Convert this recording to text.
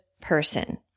person